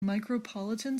micropolitan